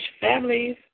families